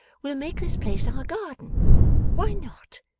we'll make this place our garden why not!